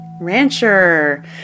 rancher